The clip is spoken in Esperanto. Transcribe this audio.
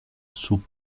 sub